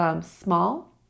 small